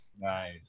Nice